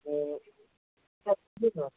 اور سب ٹھیک ہے